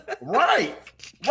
right